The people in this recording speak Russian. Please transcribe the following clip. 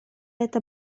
это